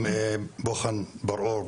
בוחן בראור,